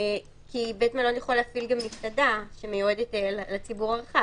בית מלון יכול להפעיל גם מסעדה שמיועדת לציבור הרחב.